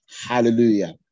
Hallelujah